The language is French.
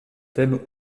thème